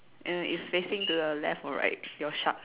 uh it's facing to the left or right your shark